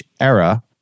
era